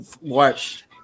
watch